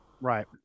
Right